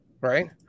right